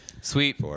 Sweet